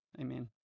amen